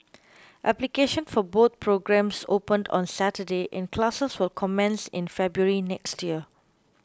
application for both programmes opened on Saturday and classes will commence in February next year